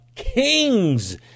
Kings